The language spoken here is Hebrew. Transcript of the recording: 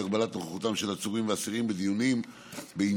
הגבלת נוכחותם של עצורים ואסירים בדיונים בעניינם.